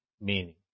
meaning